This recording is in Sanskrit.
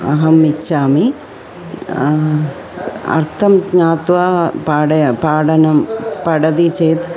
अहम् इच्छामि अर्थं ज्ञात्वा पाठनं पाठनं पठति चेत्